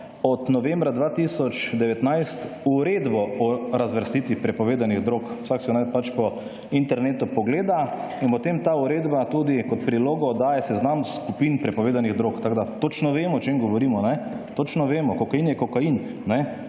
od novembra 2019 uredbo o razvrstitvi prepovedanih drog, vsak si jo naj pač po internetu pogleda. In potem ta uredba tudi kot prilogo daje seznam skupin prepovedanih drog. Tako da točno vemo, o čem govorimo, točno vemo, kokain je kokain, ne,